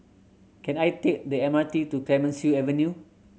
can I take the M R T to Clemenceau Avenue